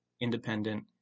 independent